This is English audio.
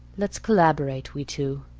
let's collaborate, we two,